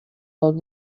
old